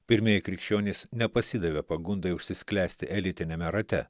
pirmieji krikščionys nepasidavė pagundai užsisklęsti elitiniame rate